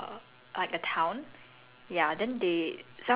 ah ya fun story cause my mum she grew up in a